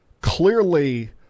clearly